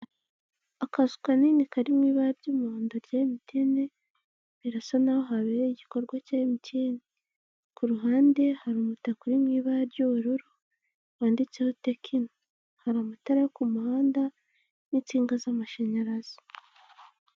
Akazu kanini karimo ibara ry'umuhondo rya MTN, birasa n'aho habereye igikorwa cya MTN, ku ruhande hari umutaka uri mu ibara ry'ubururu wanditseho tekino, hari amatara yo ku muhanda n'itsinga z'amashanyarazi.